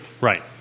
Right